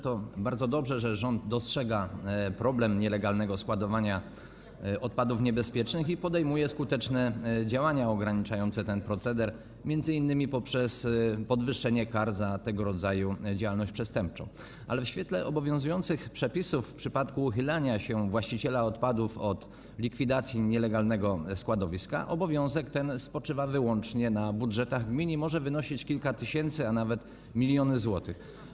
To bardzo dobrze, że rząd dostrzega problem nielegalnego składowania odpadów niebezpiecznych i podejmuje skuteczne działania ograniczające ten proceder, m.in. poprzez podwyższenie kar za tego rodzaju działalność przestępczą, ale w świetle obowiązujących przepisów w przypadku uchylania się właściciela odpadów od likwidacji nielegalnego składowiska obowiązek ten spoczywa wyłącznie na budżetach gmin, a koszty jego realizacji mogą wynosić kilka tysięcy, a nawet miliony złotych.